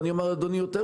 אני אומר יותר מזה: